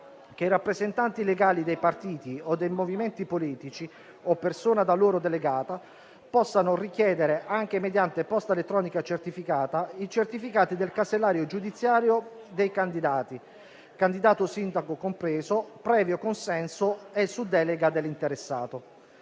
che i rappresentanti legali dei partiti o dei movimenti politici o persona da loro delegata possano richiedere, anche mediante posta elettronica certificata, i certificati del casellario giudiziario dei candidati, candidato sindaco compreso, previo consenso e su delega dell'interessato.